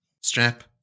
Strap